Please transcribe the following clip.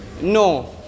No